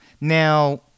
now